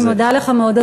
אני מודה לך מאוד,